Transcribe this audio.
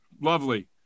Lovely